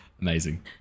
Amazing